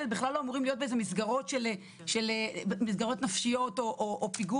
בכלל לא אמורים להיות באיזה שהן מסגרות נפשיות או פיגור,